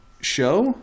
show